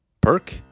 Perk